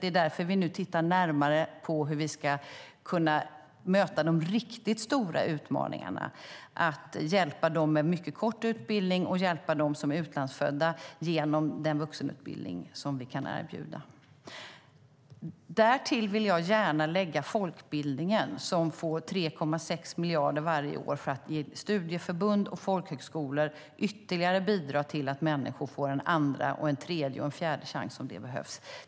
Det är därför vi nu tittar närmare på hur vi ska kunna möta de riktigt stora utmaningarna. Det handlar om att hjälpa dem med mycket kort utbildning och att hjälpa dem som är utlandsfödda genom den vuxenutbildning som vi kan erbjuda. Därtill vill jag gärna lägga folkbildningen, som får 3,6 miljarder varje år för att studieförbund och folkhögskolor ytterligare ska kunna bidra till att människor får en andra, en tredje och en fjärde chans, om det behövs.